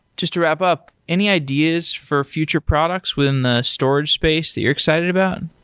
just to wrap up, any ideas for future products within the storage space that you're excited about?